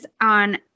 on